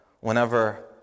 Whenever